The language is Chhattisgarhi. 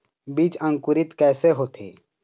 बीज अंकुरित कैसे होथे?